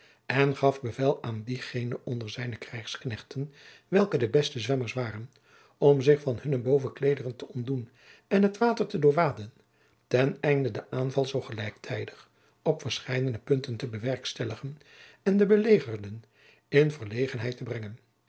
en gaf bevel aan diegene onder zijne krijgsknechten welke de beste zwemmers waren om zich van hunne bovenkleederen te ontdoen en het water te doorwaden ten einde den aanval alzoo gelijktijdig op verscheidene punten te bewerkstelligen en de be jacob van lennep de pleegzoon legerden in verlegenheid te brengen